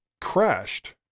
crashed